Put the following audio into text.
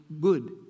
good